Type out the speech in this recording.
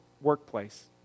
workplace